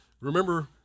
Remember